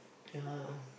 ya